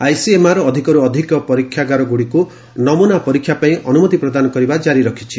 ICMR ଅଧିକର୍ ଅଧିକ ପରୀକ୍ଷାଗାରଗୁଡ଼ିକୁ ନମୁନା ପରୀକ୍ଷା ପାଇଁ ଅନୁମତି ପ୍ରଦାନ କରିବା ଜାରି ରଖିଛି